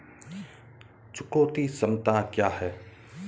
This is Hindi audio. चुकौती क्षमता क्या है?